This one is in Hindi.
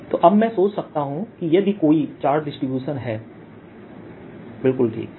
तो अब मैं सोच सकता हूं कि यदि कोई चार्ज डिसटीब्यूशन है बिलकुल ठीक